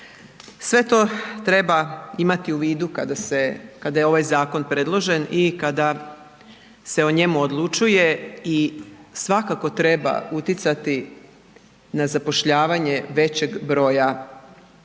Sve to treba imati u vidu kada se, kada je ovaj zakon predložen i kada se o njemu odlučuje i svakako treba utjecati na zapošljavanje većeg broja pravnika